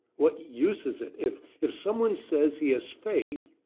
what use is it if if someone says he has faith,